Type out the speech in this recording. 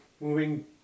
moving